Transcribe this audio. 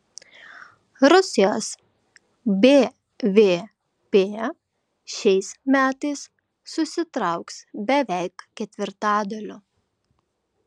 rusijos bvp šiais metais susitrauks beveik ketvirtadaliu